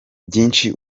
byinshi